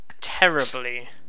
terribly